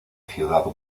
ciudad